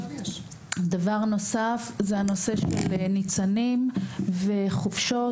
דבר נוסף זה הנושא של ניצנים וחופשות.